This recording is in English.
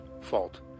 fault